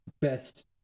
best